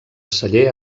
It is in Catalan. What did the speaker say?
celler